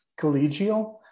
collegial